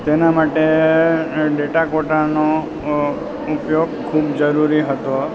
તેના માટે ડેટા કોટાનો ઉપયોગ ખૂબ જરૂરી હતો